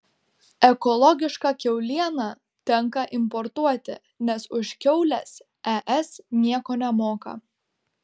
ekologišką kiaulieną tenka importuoti nes už kiaules es nieko nemoka